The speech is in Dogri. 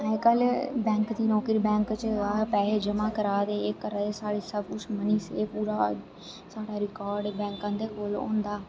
अजकल बैंक दी नौकरी बैंक बिच पैसे जमा करा दे एह् करा दे साढ़े सब कुछ मनी सेफ पूरा रिकाॅड बैंक दे कोल होंदा